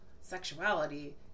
sexuality